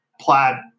Plaid